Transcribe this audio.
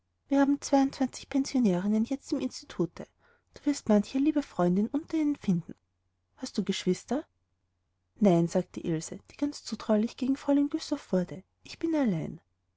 wir haben zweiundzwanzig pensionärinnen jetzt im institute du wirst manche liebe freundin unter ihnen finden hast du geschwister nein sagte ilse die ganz zutraulich gegen fräulein güssow wurde ich bin allein